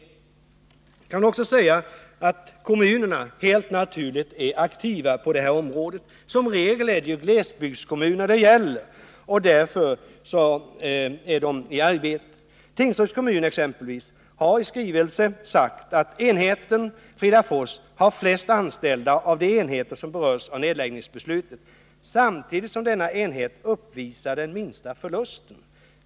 Jag vill också säga att kommunerna helt naturligt är aktiva på detta område -— som regel är det glesbygdskommuner det gäller. Tingsryds kommun, exempelvis, har i en skrivelse hävdat: Enheten Fridafors har flest anställda av de enheter som berörs av nedläggningsbeslutet, samtidigt som denna enhet uppvisar den minsta förlusten.